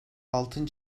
altın